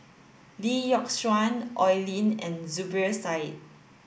Lee Yock Suan Oi Lin and Zubir Said